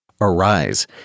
Arise